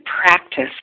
practice